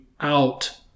out